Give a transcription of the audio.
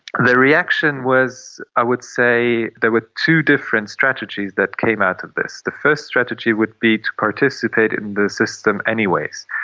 the reaction was, i would say, there were two different strategies that came out of this. the first strategy would be to participate in the system anyways,